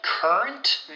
Current